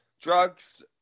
drugs